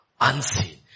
unseen